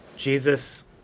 Jesus